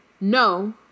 No